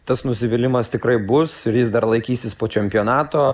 tas nusivylimas tikrai bus ir jis dar laikysis po čempionato